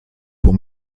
pour